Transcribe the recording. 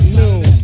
noon